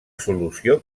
solució